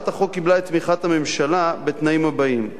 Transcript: הצעת החוק קיבלה את תמיכת הממשלה בתנאים הבאים: